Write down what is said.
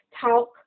talk